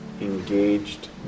engaged